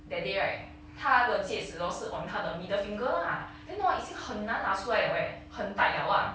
that day right 他的戒指 hor 是 on 他的 middle finger lah then hor 已经很难拿出来了 eh 很 tight 了 lah